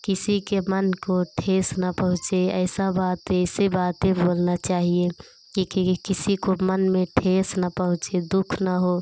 किसी के मन को ठेस न पहुंचे ऐसा बात ऐसे बातें बोलना चाहिए कि किसी को मन में ठेस न पहुंचें दुःख न हो